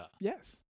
Yes